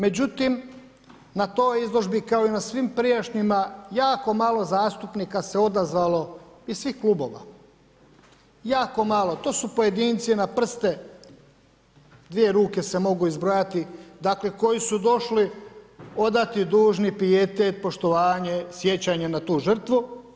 Međutim, na toj je izložbi, kao i na svim prijašnjima, jako malo zastupnika se odazvalo iz svih klubova, jako malo, to su pojedinci na prste dvije ruke se mogu izbrojati dakle koji su došli odati dužni pijetet, poštovanje, sjećanje na tu žrtvu.